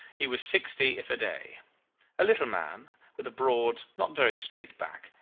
he was sixty if a day a little man, with a broad, not very straight back,